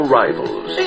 rivals